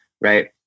Right